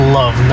love